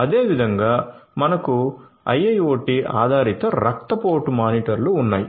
అదేవిధంగా మనకు IIoT ఆధారిత రక్తపోటు మానిటర్లు ఉన్నాయి